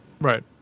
Right